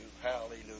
Hallelujah